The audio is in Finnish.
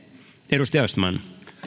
arvoisa